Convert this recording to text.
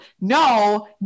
No